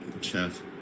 chef